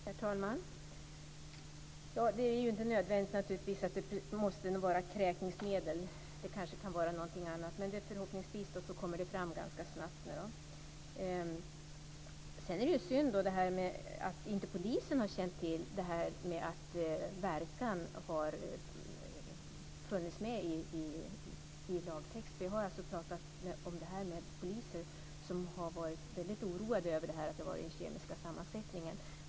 Herr talman! Det är inte nödvändigt att det måste vara kräkmedel. Det kanske kan vara något annat. Förhoppningsvis kommer det fram ganska snabbt. Det är synd att polisen inte har känt till att möjligheten att narkotikaklassa med utgångspunkt från verkan finns med i lagtexten. Vi har pratat med poliser som har varit oroade över att det har handlat om den kemiska sammansättningen.